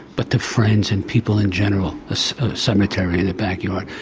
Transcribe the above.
but to friends and people in general a cemetery in the back yard.